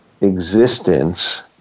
existence